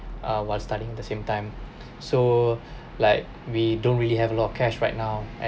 uh while studying the same time so like we don't really have a lot of cash right now